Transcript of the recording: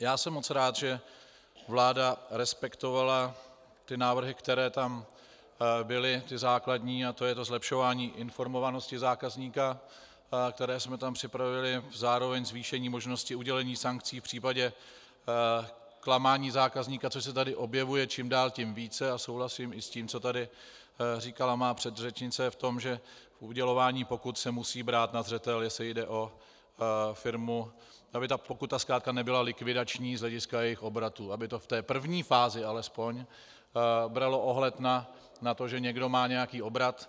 Já jsem moc rád, že vláda respektovala návrhy, které tam byly, to zlepšování informovanosti zákazníka, které jsme tam připravili, zároveň zvýšení možnosti udělení sankcí v případě klamání zákazníka, co se tady objevuje čím dál tím více, a souhlasím i s tím, co tady říkala má předřečnice v tom, že u udělování pokut se musí brát na zřetel, jestli jde o firmu, aby ta pokuta zkrátka nebyla likvidační z hlediska jejich obratu, aby to v té první fázi alespoň bralo ohled na to, že někdo má nějaký obrat.